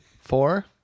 Four